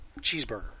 cheeseburger